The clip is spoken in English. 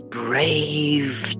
brave